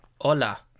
Hola